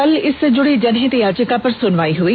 कल इससे जुड़ी जनहित याचिका पर सुनवाई हई